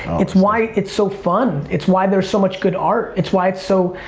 it's why it's so fun, it's why there's so much good art. it's why it's so,